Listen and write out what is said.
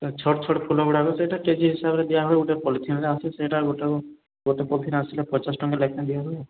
ଛୋଟ ଛୋଟ ଫୁଲଗୁଡ଼ାକ ସେଇଟା କେ ଜି ହିସାବରେ ଦିଆହୁଏ ଗୋଟେ ପଲିଥିନ୍ରେ ଆସେ ସେଇଟା ଗୋଟାଏକୁ ଗୋଟେ ପଲିଥିନ୍ ଆସିଲେ ପଚାଶ ଟଙ୍କା ଲେଖାଏଁ ଦିଆହୁଏ